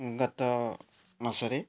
ଗତ ମାସରେ